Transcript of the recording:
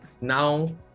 now